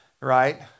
right